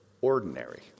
ordinary